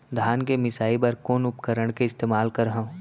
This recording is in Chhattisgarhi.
धान के मिसाई बर कोन उपकरण के इस्तेमाल करहव?